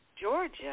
Georgia